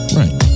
right